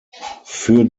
für